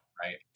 right